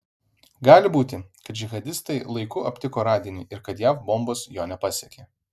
gali būti kad džihadistai laiku aptiko radinį ir kad jav bombos jo nepasiekė